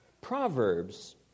Proverbs